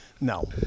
No